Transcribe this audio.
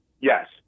Yes